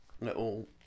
little